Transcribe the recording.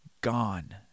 gone